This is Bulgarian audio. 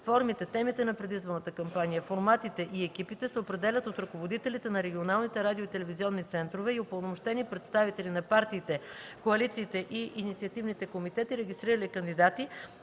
Формите, темите на предизборната кампания, форматите и екипите се определят от ръководителите на регионалните радио- и телевизионни центрове и упълномощени представители на партиите, коалициите и инициативните комитети, регистрирали кандидати,